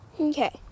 Okay